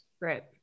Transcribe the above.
Right